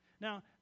Now